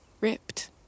ripped